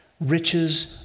Riches